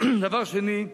דבר שני,